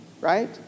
right